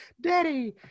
Daddy